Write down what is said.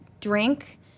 drink